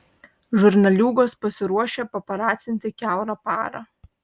žurnaliūgos pasiruošę paparacinti kiaurą parą